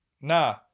nah